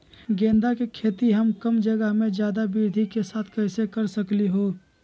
गेंदा के खेती हम कम जगह में ज्यादा वृद्धि के साथ कैसे कर सकली ह?